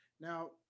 now